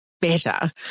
better